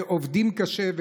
ועובדים קשה,